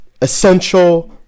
essential